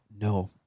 No